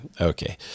Okay